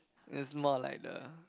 this is more like the